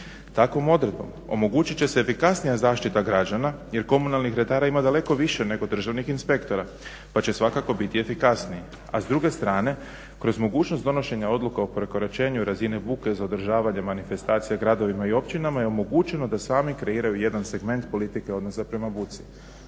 Takvom odredbom omogućit će se efikasnija zaštita građana jer komunalnih redara ima daleko više nego državnih inspektora pa će svakako biti efikasniji. A s druge strane kroz mogućnost donošenja odluka o prekoračenju razine buke za održavanje manifestacija gradovima i općinama je omogućeno da sami kreiraju jedan segment politike odnosa prema buci.